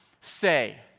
say